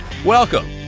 welcome